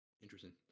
Interesting